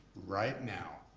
right now,